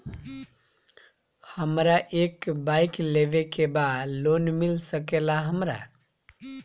हमरा एक बाइक लेवे के बा लोन मिल सकेला हमरा?